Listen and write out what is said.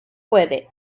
puede